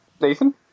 Nathan